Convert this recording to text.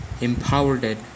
empowered